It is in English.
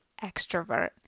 extrovert